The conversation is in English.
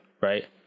right